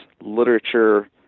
literature